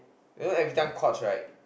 you know everytime courts right